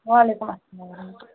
وعلیکُم السلام